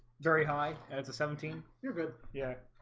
very high and it's a seventeen you're good. yeah